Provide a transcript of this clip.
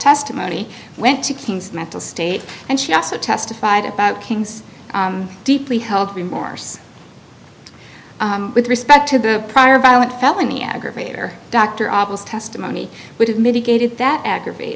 testimony went to king's mental state and she also testified about king's deeply held remorse with respect to the prior violent felony aggravated dr obvious testimony would have mitigated that aggravat